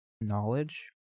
knowledge